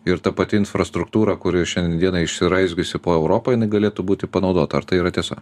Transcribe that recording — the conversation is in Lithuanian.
ir ta pati infrastruktūra kuri šiandien dienai išsiraizgiusi po europą jinai galėtų būti panaudota ar tai yra tiesa